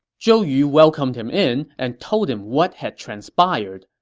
zhou yu welcomed him in and told him what had transpired.